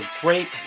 great